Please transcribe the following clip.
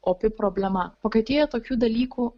opi problema vokietijoj tokių dalykų